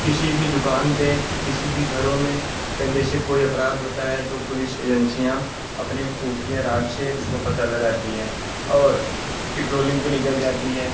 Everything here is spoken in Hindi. किसी भी दुकान पर किसी भी घरों में कहीं जैसे कोई अपराध होता है तो पुलिस एजेन्सियाँ अपने खूफ़िया राज़ से उसको पता लगाती है और पिट्रोलिंग पर निकल जाती है